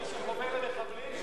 מי שדואג למחבלים,